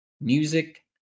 music